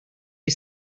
you